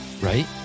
Right